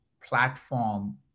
platform